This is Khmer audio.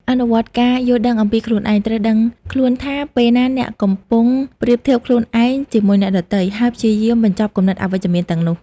អនុវត្តការយល់ដឹងអំពីខ្លួនឯង ត្រូវដឹងខ្លួនថាពេលណាអ្នកកំពុងប្រៀបធៀបខ្លួនឯងជាមួយអ្នកដទៃ ហើយព្យាយាមបញ្ឈប់គំនិតអវិជ្ជមានទាំងនោះ។